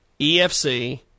EFC